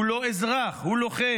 הוא לא אזרח, הוא לוחם.